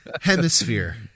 Hemisphere